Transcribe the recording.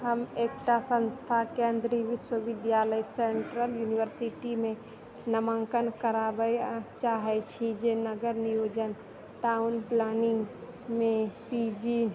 हम एकटा संस्थाकेन्द्रीय विश्वविद्यालय सेन्ट्रल यूनिवर्सिटीमे नामाङ्कन कराबै चाहैत छी जे नगर नियोजन टाउन प्लानिंगमे पी जी